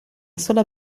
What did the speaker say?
sola